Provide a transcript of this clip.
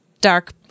dark